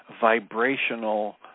vibrational